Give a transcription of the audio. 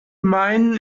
meinen